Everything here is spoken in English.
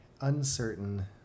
uncertain